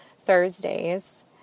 Thursdays